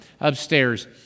upstairs